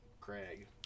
Craig